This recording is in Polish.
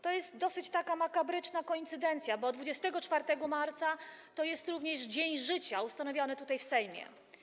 To jest dosyć taka makabryczna koincydencja, bo 24 marca to jest również dzień życia ustanowiony tutaj w Sejmie.